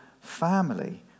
family